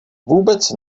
vůbec